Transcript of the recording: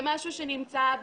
זה משהו שנמצא.